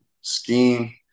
scheme